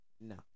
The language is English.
No